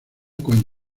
con